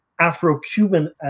Afro-Cuban